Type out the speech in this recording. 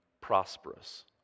prosperous